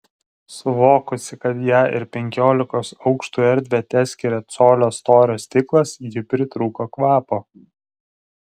suvokusi kad ją ir penkiolikos aukštų erdvę teskiria colio storio stiklas ji pritrūko kvapo